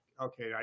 okay